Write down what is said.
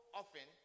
often